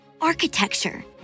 architecture